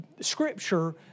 Scripture